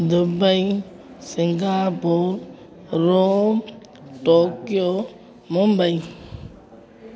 Dubai Singapore Rome Tokyo Mumbai